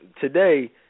Today –